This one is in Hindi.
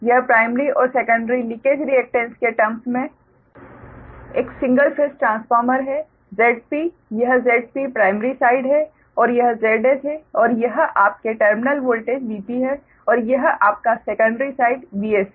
यह प्राइमरी और सेकंडरी लीकेज रिएकटेन्स के टर्म्स में एक सिंगल फेस ट्रांसफार्मर है Zp यह Zp प्राइमरी साइड है और यह Zs है और यह आपके टर्मिनल वोल्टेज Vp है और यह आपका सेकंडरी साइड Vs है